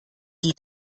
die